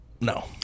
No